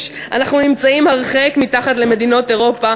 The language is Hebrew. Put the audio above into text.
אנחנו נמצאים הרחק מתחת למדינות אירופה,